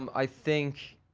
um i think.